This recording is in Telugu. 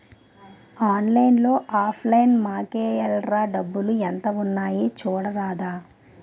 ఆన్లైన్లో ఆఫ్ లైన్ మాకేఏల్రా డబ్బులు ఎంత ఉన్నాయి చూడరాదా